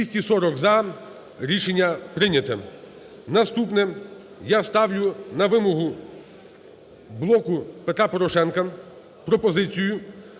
Наступне. Я ставлю на вимогу блоку "Петра Порошенка" пропозицію